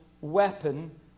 weapon